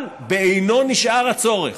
אבל בעינו נשאר הצורך